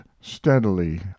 steadily